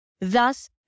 thus